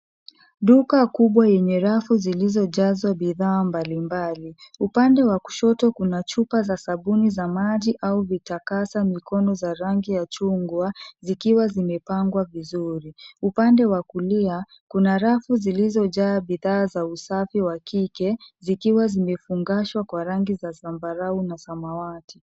Duka kubwa yenye rafu zilizojazwa bidhaa mbali mbali. Upande wa kushoto kuna chupa za sabuni za maji au vitakasa mikono ya rangi ya chungwa, zikiwa zimepangwa vizuri. Upande wa kulia, kuna rafu zilizojaa bidhaa za usafi wa kike zikiwa zimefungashwa kwa rangi za zambarau na samawati.